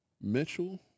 Mitchell